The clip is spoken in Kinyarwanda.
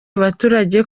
abaturage